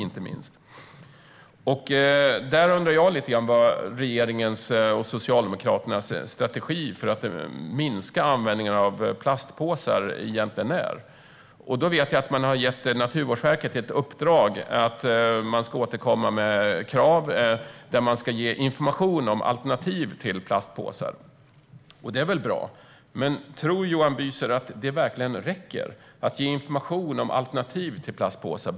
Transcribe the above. Jag undrar vad regeringens och Socialdemokraternas strategi för att minska användningen av plastpåsar är. Jag vet att man har gett Naturvårdsverket i uppdrag att återkomma med krav på information om alternativ till plastpåsar. Det är väl bra. Men tror Johan Büser att det verkligen räcker att ge information om alternativ till plastpåsar?